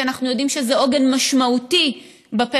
כי אנחנו יודעים שזה עוגן משמעותי בפריפריה,